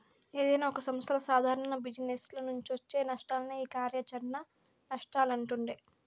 ఏదైనా ఒక సంస్థల సాదారణ జిజినెస్ల నుంచొచ్చే నష్టాలనే ఈ కార్యాచరణ నష్టాలంటుండె